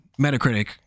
Metacritic